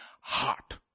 heart